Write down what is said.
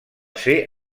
ser